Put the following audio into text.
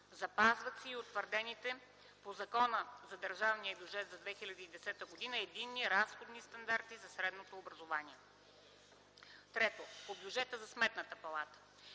Запазват се и утвърдените със Закона за държавния бюджет за 2010 г. единни разходни стандарти за средното образование. 3. По бюджета на Сметната палата